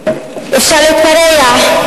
אפשר להתפרע,